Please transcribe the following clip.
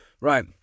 Right